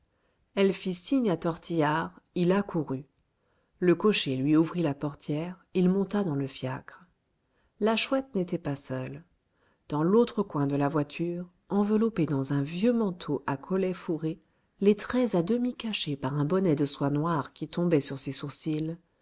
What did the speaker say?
elle fit signe à tortillard il accourut le cocher lui ouvrit la portière il monta dans le fiacre la chouette n'était pas seule dans l'autre coin de la voiture enveloppé dans un vieux manteau à collet fourré les traits à demi cachés par un bonnet de soie noire qui tombait sur ses sourcils